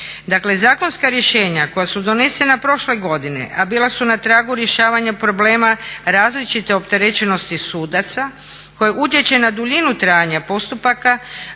zakonska rješenja koja su donesena prošle godine, a bila su na tragu rješavanja problema različite opterećenosti sudaca koja utječu na duljinu trajanja postupaka,